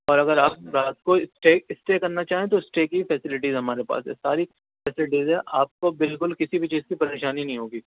اور اگر آپ رات کو اسٹے اسٹے کرنا چاہیں تو اسٹے کی فیسیلیٹیز ہمارے پاس ہے ساری فیسیلیٹیز ہے آپ کو بالکل کسی بھی چیز کی پریشانی نہیں ہوگی